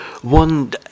One